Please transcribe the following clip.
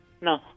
No